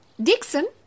Dixon